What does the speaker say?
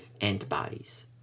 antibodies